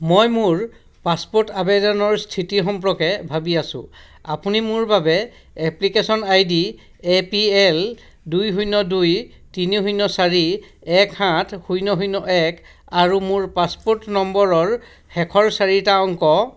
মই মোৰ পাছপোৰ্ট আবেদনৰ স্থিতি সম্পৰ্কে ভাবি আছো আপুনি মোৰ বাবে application ID A P L দুই শূন্য দুই তিনি শূন্য চাৰি এক সাত শূন্য শূন্য এক আৰু মোৰ পাছপোৰ্ট নম্বৰৰ শেষৰ চাৰিটা অংক